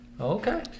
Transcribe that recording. Okay